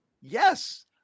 yes